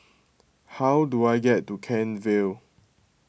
how do I get to Kent Vale